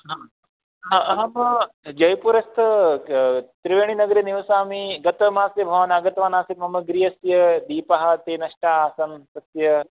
हा अहं जैपुरस्थः त्रिवेणीनगरे निवसामि गतमासे भवान् आगतवान् आसीत् मम गृहस्य दीपः अपि नष्टा आसन् तस्य